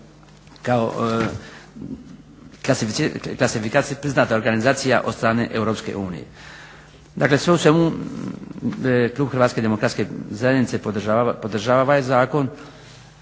klasifikacija, priznata organizacija od strane Europske unije. Dakle, sve u svemu Klub Hrvatske Demokratske Zajednice podržava ovaj Zakon